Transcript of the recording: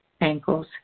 ankles